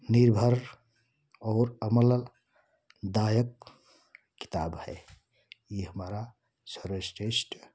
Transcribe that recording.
निर्भर और अमलल दायक किताब है ये हमारा सर्वश्रेष्ठ